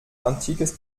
antikes